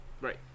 Right